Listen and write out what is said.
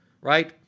right